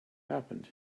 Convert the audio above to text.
happened